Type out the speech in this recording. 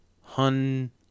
Hun